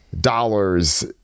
dollars